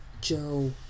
Joe